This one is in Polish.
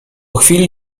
chwili